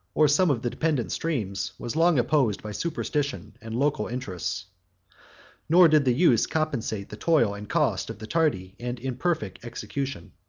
or some of the dependent streams, was long opposed by superstition and local interests nor did the use compensate the toil and cost of the tardy and imperfect execution.